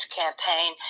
campaign